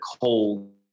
cold